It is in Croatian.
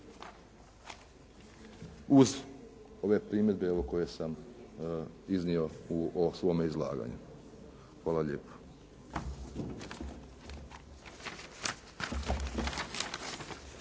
uz ove primjedbe koje sam iznio u ovom svome izlaganju. Hvala lijepo.